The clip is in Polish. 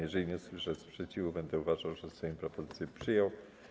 Jeżeli nie usłyszę sprzeciwu, będę uważał, że Sejm propozycję przyjął.